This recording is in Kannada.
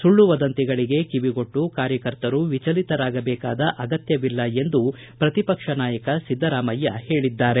ಸುಳ್ಳು ವದಂತಿಗಳಿಗೆ ಕಿವಿಗೊಟ್ಟು ಕಾರ್ಯಕರ್ತರು ವಿಚಲಿತರಾಗಬೇಕಾದ ಅಗತ್ಯವಿಲ್ಲ ಎಂದು ಪ್ರತಿಪಕ್ಷ ನಾಯಕ ಸಿದ್ದರಾಮಯ್ಯ ಹೇಳದ್ದಾರೆ